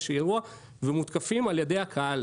איזשהו אירוע והם מותקפים על ידי הקהל.